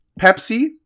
Pepsi